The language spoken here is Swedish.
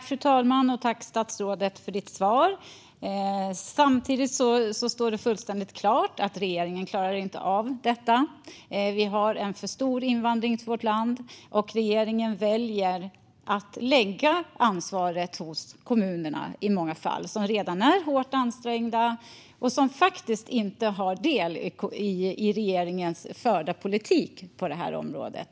Fru talman! Tack för svaret, statsrådet! Samtidigt står det fullständigt klart att regeringen inte klarar av detta. Vi har en för stor invandring till vårt land, och regeringen väljer i många fall att lägga ansvaret hos kommunerna - som redan är hårt ansträngda och som faktiskt inte har del i regeringens förda politik på det här området.